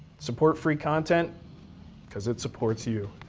support free content cause it supports you.